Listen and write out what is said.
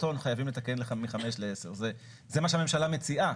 הון חייבים לתקן מ 5 ל 10. זה מה שהממשלה מציעה.